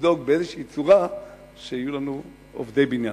לדאוג באיזושהי צורה שיהיו לנו עובדי בניין.